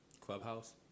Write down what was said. Clubhouse